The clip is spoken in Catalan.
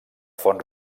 font